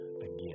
again